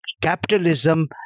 capitalism